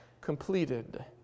completed